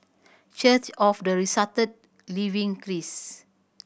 Church of the Resurrected Living Christ